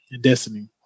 destiny